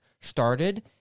started